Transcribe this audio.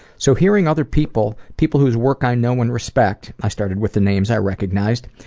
so hearing other people, people whose work i know and respect, i started with the names i recognized,